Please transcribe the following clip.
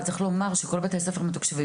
אבל צריך לומר שכל בתי הספר המתוקשבים,